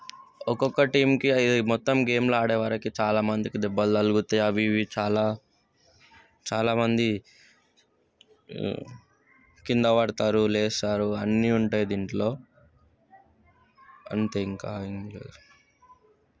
ఒక్కొక్క టీంకి మొత్తం గేమ్లో ఆడే వారికి చాలామందికి దెబ్బలు తగులుతాయి అవి ఇవి చాలా చాలా మంది కింద పడతారు లేస్తారు అన్ని ఉంటాయి దీంట్లో అంతే ఇంకా ఏం లేదు